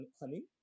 honey